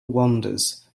wanders